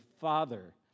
father